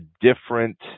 different